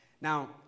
Now